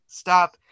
stop